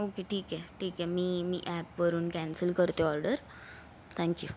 okay ठीक आहे ठीक आहे मी मी ॲपवरून कॅन्सल करते ऑर्डर थँक यू